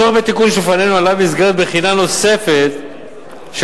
הצורך בתיקון שלפנינו עלה במסגרת בחינה נוספת של